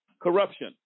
corruption